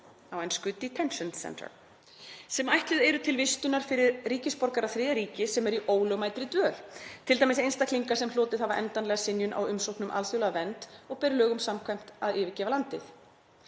(e. detention center) sem ætluð eru til vistunar fyrir ríkisborgara þriðja ríkis sem eru í ólögmætri dvöl, t.d. einstaklinga sem hlotið hafa endanlega synjun á umsókn um alþjóðlega vernd og ber lögum samkvæmt að yfirgefa landið.